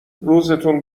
روزتون